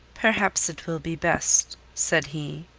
perhaps it will be best, said he.